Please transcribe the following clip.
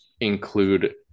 include